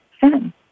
sin